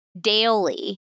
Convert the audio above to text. daily